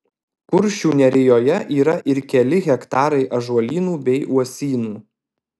kuršių nerijoje yra ir keli hektarai ąžuolynų bei uosynų